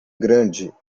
grande